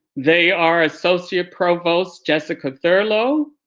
they are associate provost jessica thurlow,